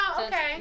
okay